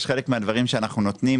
יש חלק מהדברים שאנחנו נותנים,